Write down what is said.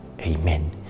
Amen